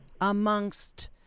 amongst